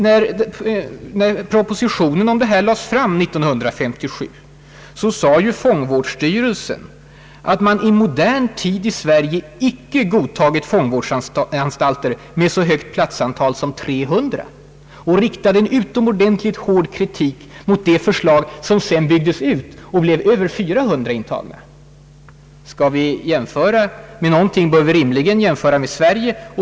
När propositionen om bl.a. Kumla lades fram 1957 sade ju fångvårdsstyrelsen, att man här i landet i modern tid icke godtagit fångvårdsanstalter med så högt platsantal som 300. Fångvårdsstyrelsen riktade en utomordentligt hård kritik mot det förslag, som sedan byggdes ut till att omfatta över 400 intagna. Skall vi jämföra med någonting bör vi rimligen hålla oss till Sverige.